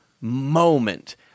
moment